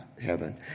heaven